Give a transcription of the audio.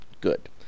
Good